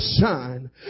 shine